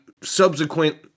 subsequent